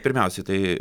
pirmiausiai tai